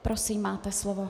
Prosím, máte slovo.